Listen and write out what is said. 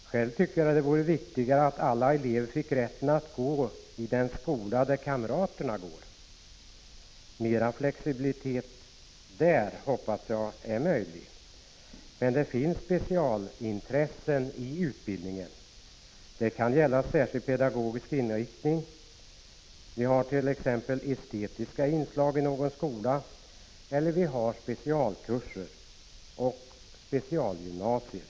Själv tycker jag det vore viktigare att alla elever fick rätten att gå i den skola där kamraterna går. Mera flexibilitet på den punkten hoppas jag är möjlig. Men det finns specialintressen i utbildningen. Det kan gälla särskild pedagogisk inriktning. Vi har t.ex. estetiska inslag i någon skola, vi har specialkurser och specialgymnasier.